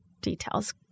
details